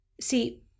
See